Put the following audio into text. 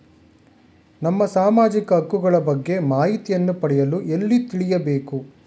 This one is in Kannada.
ನಮ್ಮ ಸಾಮಾಜಿಕ ಹಕ್ಕುಗಳ ಬಗ್ಗೆ ಮಾಹಿತಿಯನ್ನು ಪಡೆಯಲು ಎಲ್ಲಿ ತಿಳಿಯಬೇಕು?